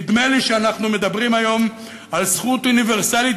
נדמה לי שאנחנו מדברים היום על זכות אוניברסלית,